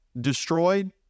destroyed